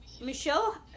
michelle